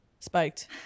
Spiked